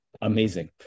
amazing